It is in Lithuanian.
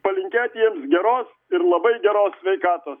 palinkėti jiems geros ir labai geros sveikatos